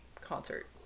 concert